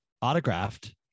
autographed